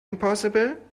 impossible